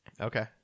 Okay